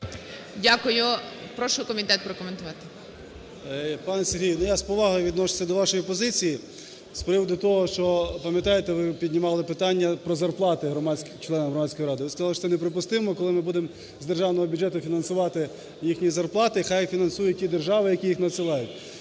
Дякую. Прошу комітет прокоментувати. 11:14:25 КНЯЗЕВИЧ Р.П. Пане Сергій, я з повагою відношуся до вашої позиції. З приводу того, що, пам'ятаєте, ви піднімали питання про зарплати членам Громадської ради. Ви сказали, що це неприпустимо, коли ми будемо з державного бюджету фінансувати їхні зарплати. Хай фінансують ті держави, які їх надсилають.